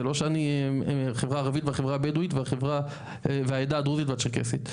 זה לא שהחברה הערבית והחברה הבדואית והעדה הדרוזית והצ'רקסית.